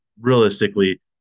realistically